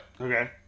Okay